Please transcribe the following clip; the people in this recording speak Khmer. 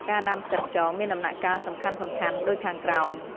ការដាំផ្សិតខ្យងមានដំណាក់កាលសំខាន់ៗដូចខាងក្រោម